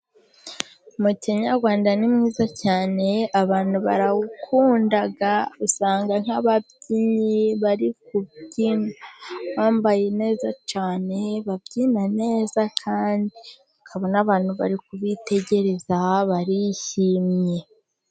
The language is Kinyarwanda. Umuco nyarwanda ni mwiza cyane, abantu barawukunda, usanga nk'ababyinnyi bari kubyina, bambaye neza cyane, babyina neza, kandi ukabona abantu bari kubitegereza, barishimye.